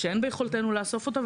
שאין ביכולתנו לאסוף אותו.